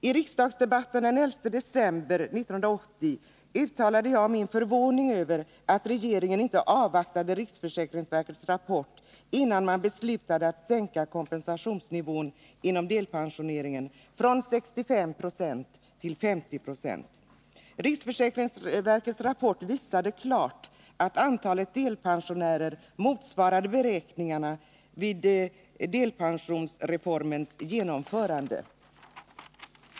I riksdagsdebatten den 11 december 1980 uttalade jag min förvåning över att regeringen inte avvaktade riksförsäkringsverkets rapport innan man beslutade att sänka kompensationsnivån inom delpensioneringen från 65 96 till 50 90. Riksförsäkringsverkets rapport visade klart att antalet delpensionärer motsvarade beräkningarna vid delpensionsreformens genomförande.